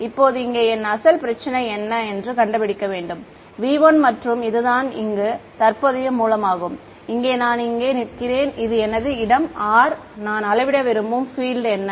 இப்போது இங்கே என் அசல் பிரச்சனை என்ன என்று கண்டுபிடிக்க வேண்டும் V1 மற்றும் இது தான் இங்கு தற்போதைய மூலமாகும் இங்கே நான் இங்கே நிற்கிறேன் இது எனது இடம் r நான் அளவிட விரும்பும் பீல்ட் என்ன